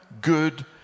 good